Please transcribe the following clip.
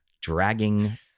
dragging